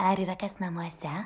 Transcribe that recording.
ar yra kas namuose